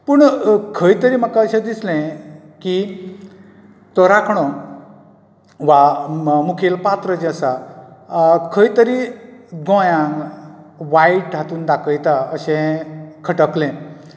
पूण खंयतरी म्हाका अशें दिसलें की तो राखणो वा मुखेल पात्र जें आसा खंयतरी गोंयां वायट हातूंत दाखयता अशें खटकलें